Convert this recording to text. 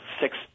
six